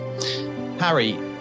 Harry